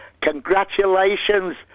congratulations